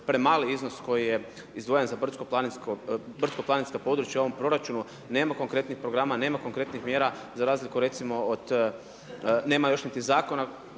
premali iznos koji je izdvojen za brdsko-planinska područja u ovom proračunu nema konkretnih programa nema konkretnih mjera, za razliku recimo od, nema još niti zakona,